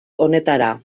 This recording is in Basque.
honetara